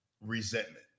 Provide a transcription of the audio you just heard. resentment